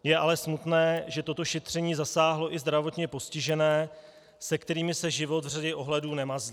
Je ale smutné, že toto šetření zasáhlo i zdravotně postižené, se kterými se život v řadě ohledů nemazlí.